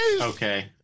okay